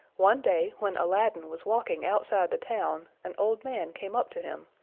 one day, when aladdin was walking outside the town, an old man came up to him,